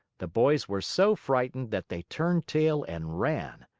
the boys were so frightened that they turned tail and ran.